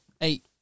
eight